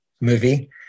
Movie